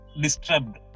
disturbed